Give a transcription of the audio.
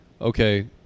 Okay